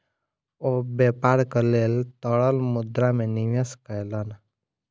ओ व्यापारक लेल तरल मुद्रा में निवेश कयलैन